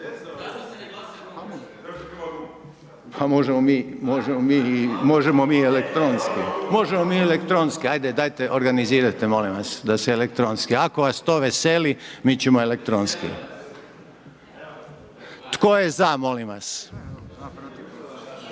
Pa možemo mi i elektronski. Možemo mi elektronski, ajde dajte organizirajte molim vas, da se elektronski, ako vas to veseli, mi ćemo elektronski. Tko je za, molim vas? Dobro. Tko